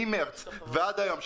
ממרץ ועד היום,